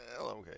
okay